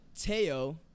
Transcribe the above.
Teo